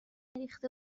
ریخته